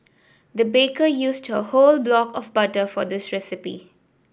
the baker used a whole block of butter for this recipe